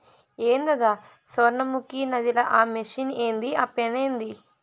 ఏందద సొర్ణముఖి నదిల ఆ మెషిన్ ఏంది ఆ పనేంది